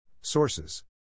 Sources